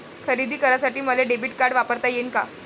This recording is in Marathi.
खरेदी करासाठी मले डेबिट कार्ड वापरता येईन का?